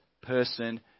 person